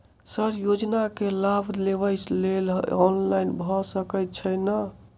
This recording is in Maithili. सर योजना केँ लाभ लेबऽ लेल ऑनलाइन भऽ सकै छै नै?